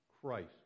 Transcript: Christ